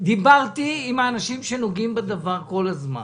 דיברתי עם האנשים הנוגעים בדבר כל הזמן.